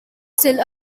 still